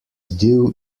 dew